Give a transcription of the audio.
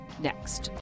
next